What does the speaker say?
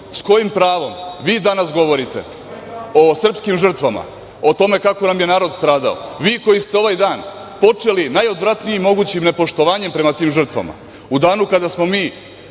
s kojim pravom vi danas govorite o srpskim žrtvama, o tome kako nam je narod stradao? Vi, koji ste ovaj dan počeli najodvratnijim mogućim nepoštovanjem prema tim žrtvama u danu kada smo mi